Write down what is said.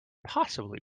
possibly